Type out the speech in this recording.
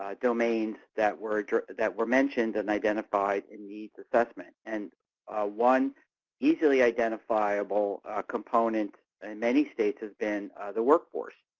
ah domains that were that were mentioned and identified in needs assessment. and one easily identifiable component ah in many states has been the workforce.